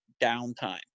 downtime